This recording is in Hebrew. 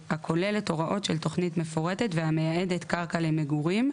הכוללת הוראות של תכנית מפורטת והמייעדת קרקע למגורים,